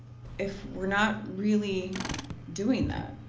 if we're not really doing that.